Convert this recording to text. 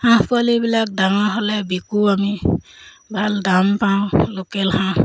হাঁহ পোৱালিবিলাক ডাঙৰ হ'লে বিকো আমি ভাল দাম পাওঁ লোকেল হাঁহ